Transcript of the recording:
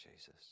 Jesus